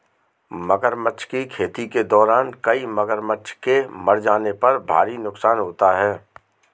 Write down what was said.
मगरमच्छ की खेती के दौरान कई मगरमच्छ के मर जाने पर भारी नुकसान होता है